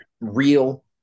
real